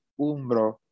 umbro